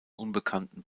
unbekannten